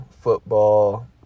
football